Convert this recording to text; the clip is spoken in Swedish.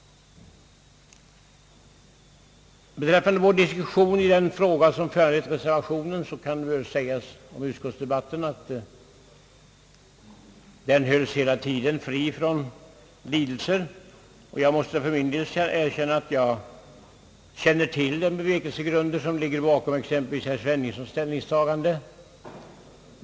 Det kan väl sägas att utskottsdebatten i den fråga om föranlett reservationen hela tiden hölls fri från lidelser. Jag måste för min del erkänna att jag känner till bevekelsegrunderna för exempelvis herr Sveningssons ställningstagande.